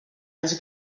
els